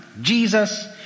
Jesus